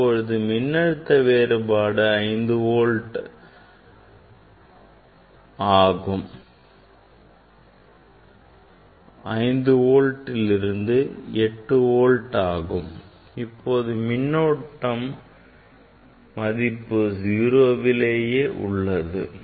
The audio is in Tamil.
இப்போது மின்னழுத்த வேறுபாடு 8 வோல்ட் ஆகும் இப்போதும் மின்னோட்டம் மதிப்பு 0லேயே உள்ளது